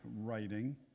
writing